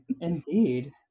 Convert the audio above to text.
Indeed